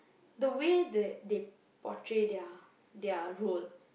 the way they they portray their their role